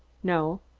no.